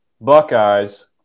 Buckeyes